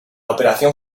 operación